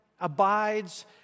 abides